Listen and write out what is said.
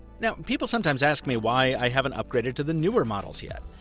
now, people sometimes ask me why i haven't upgraded to the newer models yet.